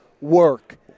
work